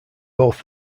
both